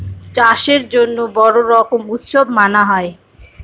চাষের জন্য বড়ো রকম উৎসব মানানো হয়